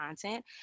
content